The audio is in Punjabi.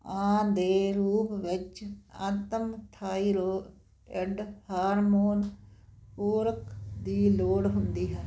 ਆਦਿ ਦੇ ਰੂਪ ਵਿੱਚ ਅੰਤਮ ਥਾਈਰੋਇਡ ਹਾਰਮੋਨ ਪੂਰਕ ਦੀ ਲੋੜ ਹੁੰਦੀ ਹੈ